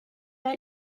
pas